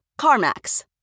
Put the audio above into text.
CarMax